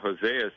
Hosea